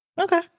Okay